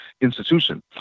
institution